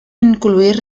incluir